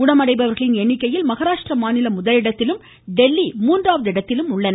குணமடைபவர்களின் எண்ணிக்கையில் மகாராஷ்டிரா மாநிலம் முதலிடத்திலும் டெல்லி மூன்றாம் இடத்திலும் உள்ளன